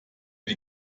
die